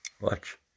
Watch